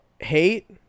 hate